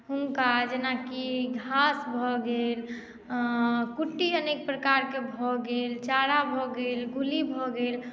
हुनका जेनाकि घास भऽ गेल कुटी अनेक प्रकार के भऽ गेल चारा भऽ गेल गुली भऽ गेल